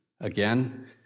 Again